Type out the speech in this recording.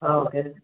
okay